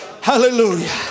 hallelujah